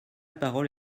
parole